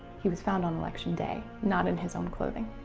he was found on election day, not in his own clothing.